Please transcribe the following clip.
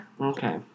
Okay